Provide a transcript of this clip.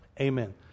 amen